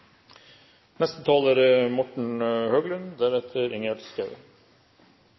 Neste taler er